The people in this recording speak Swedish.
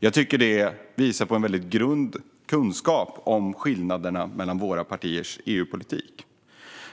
Jag tycker att det visar på en väldigt grund kunskap om skillnaderna mellan våra partiers EU-politik.